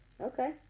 Okay